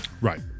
right